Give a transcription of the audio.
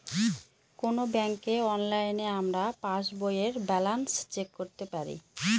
কোনো ব্যাঙ্কে অনলাইনে আমরা পাস বইয়ের ব্যালান্স চেক করতে পারি